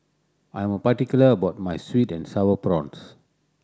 I am particular about my sweet and Sour Prawns